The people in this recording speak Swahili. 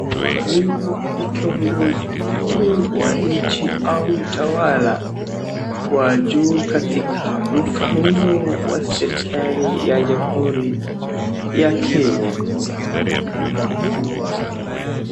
Huyu ni kiongozi mkuu wa nchi au mtawala wa juu katika mfumo wa serikali ya jamhuri ya Kenya.